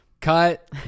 Cut